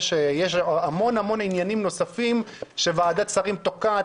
יש המון עניינים נוספים שוועדת שרים תוקעת